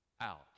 out